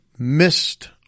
missed